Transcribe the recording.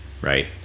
right